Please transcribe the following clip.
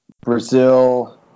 Brazil